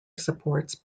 supports